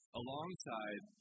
alongside